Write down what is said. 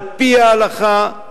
על-פי ההלכה,